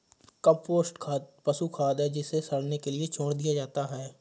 compost खाद पशु खाद है जिसे सड़ने के लिए छोड़ दिया जाता है